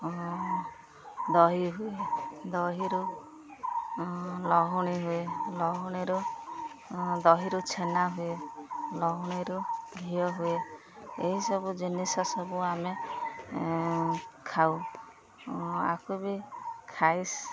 ଦହି ହୁଏ ଦହିରୁ ଲହୁଣୀ ହୁଏ ଲହୁଣୀରୁ ଦହିରୁ ଛେନା ହୁଏ ଲହୁଣୀରୁ ଘିଅ ହୁଏ ଏହିସବୁ ଜିନିଷ ସବୁ ଆମେ ଖାଉ ଆକୁ ବି ଖାଇ